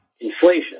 inflation